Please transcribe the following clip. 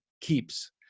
keeps